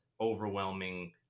overwhelming